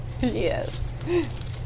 yes